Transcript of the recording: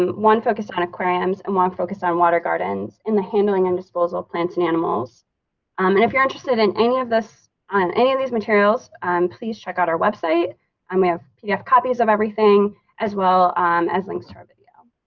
um one focused on aquariums and one focused on water gardens in the handling and disposal plants and animals um and if you're interested in any of this on any of these materials um please check out our website and we have yeah copies of everything as well as links to our video,